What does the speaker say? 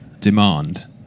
demand